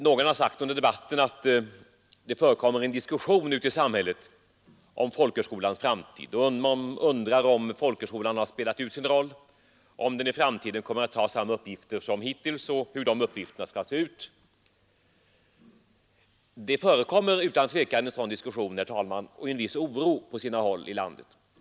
Någon har sagt under debatten att det förekommer en diskussion ute i samhället om folkhögskolans framtid, och man undrar om folkhögskolan har spelat ut sin roll, om den i framtiden kommer att ha samma uppgifter som hittills och hur uppgifterna skall se ut. Det förekommer utan tvekan en sådan diskussion, herr talman, och en viss oro.